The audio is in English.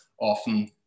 often